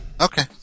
Okay